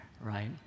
right